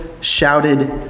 shouted